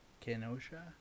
Kenosha